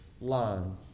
line